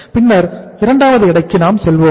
பின்னர் இரண்டாவது எடைக்கு நாம் செல்வோம்